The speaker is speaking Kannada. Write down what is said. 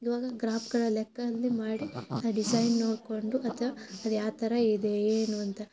ಇವಾಗ ಗ್ರಾಮ್ಗಳ ಲೆಕ್ಕ ಅಲ್ಲಿ ಮಾಡಿ ಆ ಡಿಸೈನ್ ನೋಡಿಕೊಂಡು ಅಥ್ವಾ ಅದು ಯಾವ ಥರ ಇದೆ ಏನು ಅಂತ